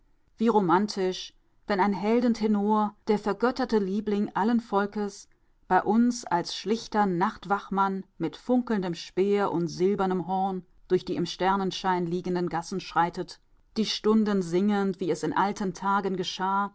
wie romantisch wenn ein heldentenor der vergötterte liebling allen volkes bei uns als schlichter nachtwachtmann mit funkelndem speer und silbernem horn durch die im sternenschein liegenden gassen schreitet die stunden singend wie es in alten tagen geschah